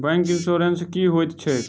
Bank insurance की होइत छैक?